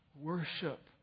worship